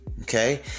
okay